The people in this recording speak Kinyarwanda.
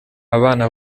abana